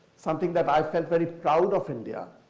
something that i felt very proud of india,